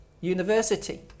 university